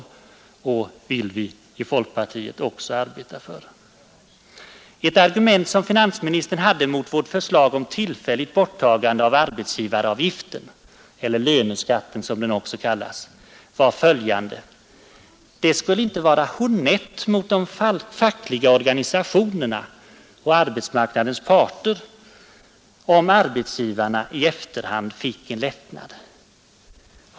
Ett sådant stöd vill vi i folkpartiet också arbeta för. Ett argument som finansministern hade mot vårt förslag om tillfälligt borttagande av arbetsgivaravgiften — eller löneskatten som den också kallas — var att det inte skulle vara honnett mot de fackliga organisationerna och arbetsmarknadens parter, om arbetsgivarna i efterhand fick en lättnad.